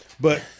But-